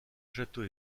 château